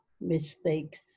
mistakes